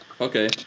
Okay